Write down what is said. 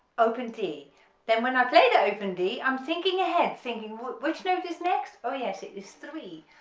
open d then when i play the open d i'm thinking ahead thinking which note is next, oh yes it is three,